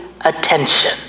attention